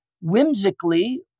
whimsically